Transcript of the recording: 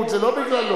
תאמיני לי,